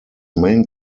main